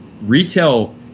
retail